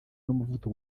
n’umuvuduko